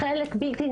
החולים.